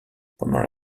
pendant